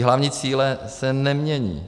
A hlavní cíle se nemění.